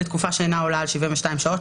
לתקופה שאינה עולה על 72 שעות,